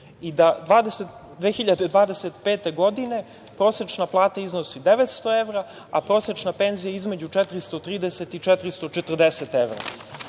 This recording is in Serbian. i da 2025. godine prosečna plata iznosi 900 evra, a prosečna penzija između 430 i 440 evra.Za